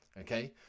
Okay